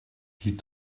die